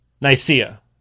Nicaea